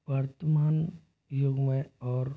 वर्तमान युग में और